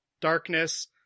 Darkness